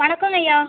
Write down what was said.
வணக்கங்கய்யா